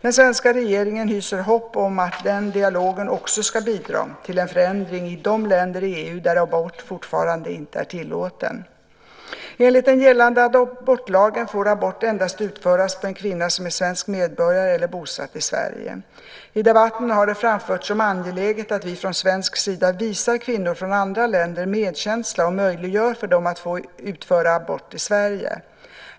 Den svenska regeringen hyser hopp om att denna dialog också ska bidra till en förändring i de länder i EU där abort fortfarande inte är tillåten. Enligt den gällande abortlagen får abort endast utföras på en kvinna som är svensk medborgare eller bosatt i Sverige. I debatten har det framförts som angeläget att vi från svensk sida visar kvinnor från andra länder medkänsla och möjliggör för dem att få utföra abort i Sverige.